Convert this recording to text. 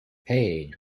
hey